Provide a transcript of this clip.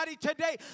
today